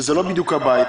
זה לא בדיוק הבית.